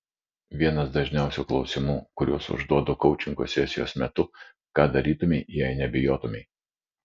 vienas dažniausių klausimų kuriuos užduodu koučingo sesijos metu ką darytumei jei nebijotumei